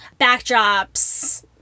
backdrops